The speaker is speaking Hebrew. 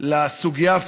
הרשות